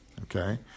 okay